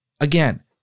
again